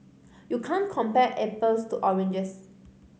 you can't compare apples to oranges